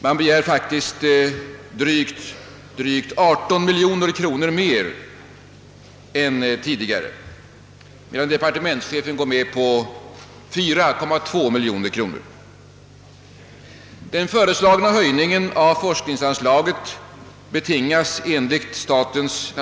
Man begär faktiskt drygt 18 miljoner kronor mer än tidigare. Departementschefen går med på 4,2 miljoner.